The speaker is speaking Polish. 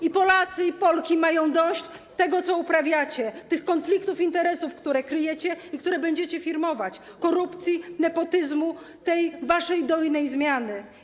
I Polacy, i Polki mają dość tego, co uprawiacie, tych konfliktów interesów, które kryjecie i które będziecie firmować, korupcji, nepotyzmu, tej waszej dojnej zmiany.